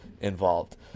involved